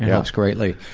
helped greatly.